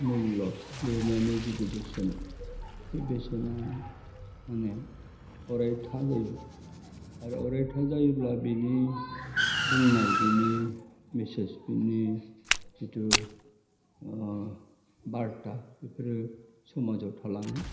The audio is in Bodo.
मुल्य लिरनायनि जितु बेसेन बे बेसेना माने अरायथा जायो आरो अरायथा जायोब्ला बेनि बुंनाय बेनि मेसेस बेनि जितु बार्था बिफोरो समाव थालाङो